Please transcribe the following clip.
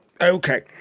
okay